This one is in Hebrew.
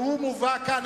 והוא מובא כאן,